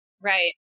Right